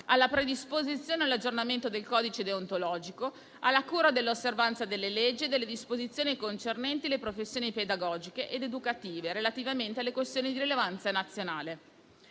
alla predisposizione e all'aggiornamento del codice deontologico, alla cura dell'osservanza delle leggi e delle disposizioni concernenti le professioni pedagogiche ed educative relativamente alle questioni di rilevanza nazionale.